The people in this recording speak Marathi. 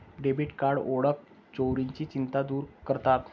डेबिट कार्ड ओळख चोरीची चिंता दूर करतात